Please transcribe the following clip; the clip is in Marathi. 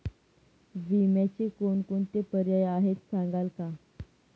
विम्याचे कोणकोणते पर्याय आहेत सांगाल का?